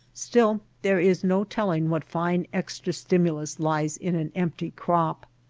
still there is no telling what fine extra stimulus lies in an empty crop.